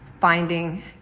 Finding